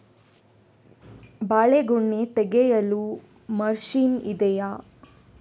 ಬಾಳೆಗೊನೆ ತೆಗೆಯಲು ಮಷೀನ್ ಇದೆಯಾ?